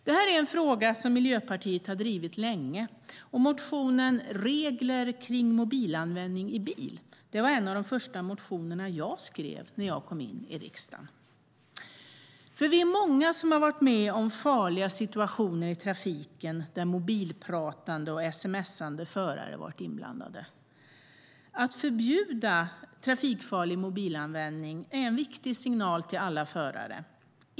Det här är en fråga som Miljöpartiet har drivit länge, och motionen Regler kring mobilanvändning i bil var en av de första motionerna jag skrev när jag kom in i riksdagen. Vi är många som har varit med om farliga situationer i trafiken där mobilpratande eller sms:ande förare har varit inblandade. Att förbjuda trafikfarlig mobilanvändning är en viktig signal till alla förare.